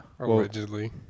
Allegedly